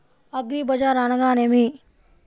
అగ్రిబజార్ అనగా నేమి?